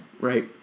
right